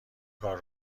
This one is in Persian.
کار